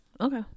Okay